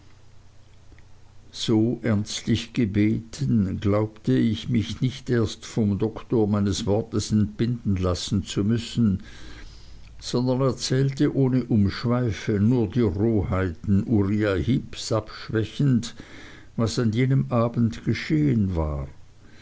so ernstlich gebeten glaubte ich mich nicht erst vom doktor meines wortes entbinden lassen zu müssen sondern erzählte ohne umschweife nur die rohheiten uriah heeps abschwächend was an jenem abend geschehen war